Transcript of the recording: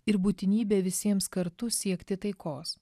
ir būtinybė visiems kartu siekti taikos